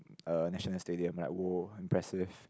uh National Stadium like !woah! impressive